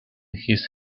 his